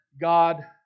God